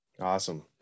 Awesome